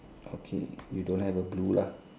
okay you don't have a blue lah